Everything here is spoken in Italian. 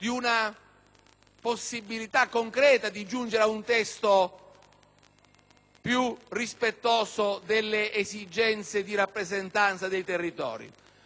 più rispettoso delle esigenze di rappresentanza dei territori. Mi è stata però opposta in modo categorico